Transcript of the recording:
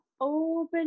open